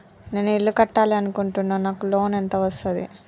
నేను ఇల్లు కట్టాలి అనుకుంటున్నా? నాకు లోన్ ఎంత వస్తది?